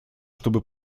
чтобы